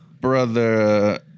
Brother